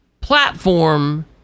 platform